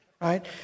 right